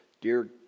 dear